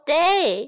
day